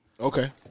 Okay